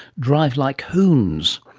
drive like hoons?